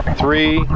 three